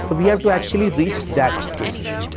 so we have to actually reach that stage.